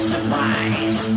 Surprise